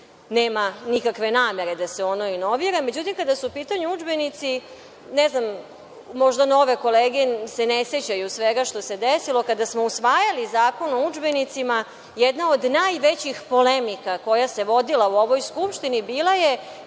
nema nikakve namere da se ono inovira.Međutim, kada su u pitanju udžbenici, možda se nove kolege ne sećaju svega što se desilo, kada smo usvajali Zakon o udžbenicima, jedna od najvećih polemika koja se vodila u ovoj Skupštini bila je